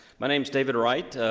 my name is david wright.